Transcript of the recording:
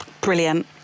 brilliant